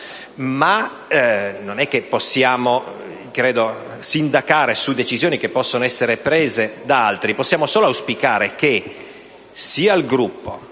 ma non possiamo sindacare su decisioni che possono essere prese da altri; possiamo solo auspicare che sia il Gruppo